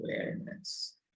awareness